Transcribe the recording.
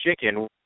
Chicken